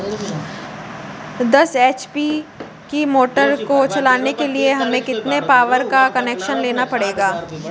दस एच.पी की मोटर को चलाने के लिए हमें कितने पावर का कनेक्शन लेना पड़ेगा?